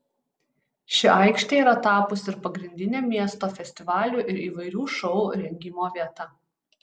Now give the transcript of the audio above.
ši aikštė yra tapusi ir pagrindine miesto festivalių ir įvairių šou rengimo vieta